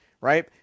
right